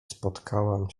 spotkałam